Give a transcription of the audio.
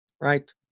right